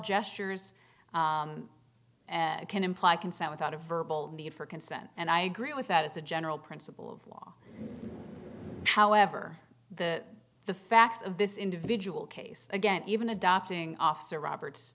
gestures can imply consent without a verbal need for consent and i agree with that as a general principle of law however the the facts of this individual case again even adopting officer roberts